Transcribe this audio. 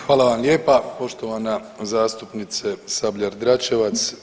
Hvala vam lijepa poštovana zastupnice Sabljar-Dračevac.